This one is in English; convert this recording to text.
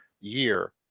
year